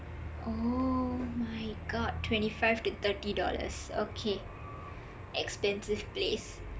oh my god twenty five to thirty dollars okay expensive place